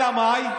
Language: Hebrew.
אלא מאי?